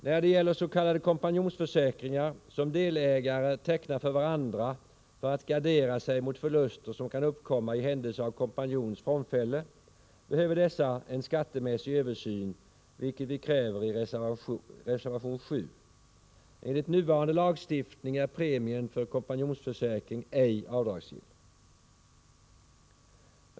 När det gäller s.k. kompanjonsförsäkringar som delägare tecknar för varandra för att gardera sig mot förluster som kan uppkomma i händelse av kompanjons frånfälle, behöver dessa en skattemässig översyn, vilket vi kräver i reservation 7. Enligt nuvarande lagstiftning är premien för kompanjonsförsäkring ej avdragsgill.